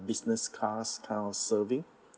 business class kind of serving